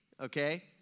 okay